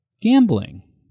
gambling